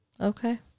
Okay